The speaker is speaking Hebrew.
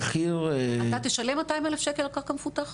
אתה תשלם 200,000 שקלים על קרקע מפותחת?